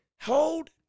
hold